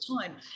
time